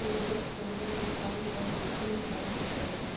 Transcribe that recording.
निवेस कईला मे कउन कउन जोखिम उठावे के परि?